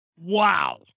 Wow